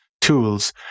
tools